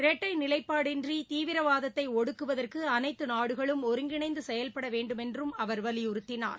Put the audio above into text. இரட்டை நிலைப்பாடு இன்றி தீவிரவாதத்தை ஒடுக்குவதற்கு அனைத்து நாடுகளும் ஒருங்கிணைந்து செயல்பட வேண்டும் என்றும் அவர் வலியுறுத்தினார்